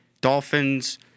Dolphins